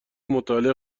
مطالعه